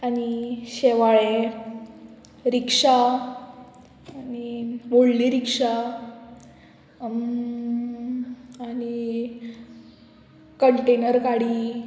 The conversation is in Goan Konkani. आनी शेवाळें रिक्षा आनी व्हडली रिक्षा आनी कंटेनर गाडी